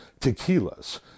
Tequilas